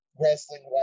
wrestling